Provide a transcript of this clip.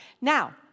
Now